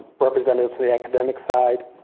representatives from the academic side.